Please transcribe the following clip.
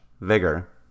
Vigor